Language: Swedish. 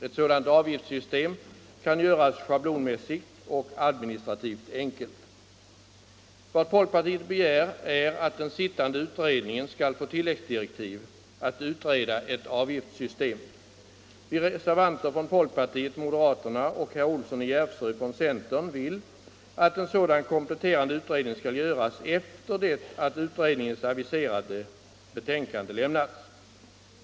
— Ett sådant avgiftssystem kan göras schablonmässigt och administrativt enkelt. Vad folkpartiet begär är att den sittande utredningen skall få tilläggsdirektiv att utreda ett avgiftssystem. Vi reservanter från folkpartiet och moderaterna samt herr Olsson i Järvsö från centern vill att en sådan kompletterande utredning skall göras efter det att utredningens aviserade betänkande lämnats.